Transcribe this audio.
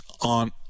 on